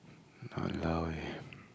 !walao! eh